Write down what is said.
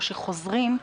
או שחוזרים,